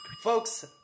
Folks